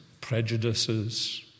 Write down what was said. prejudices